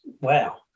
Wow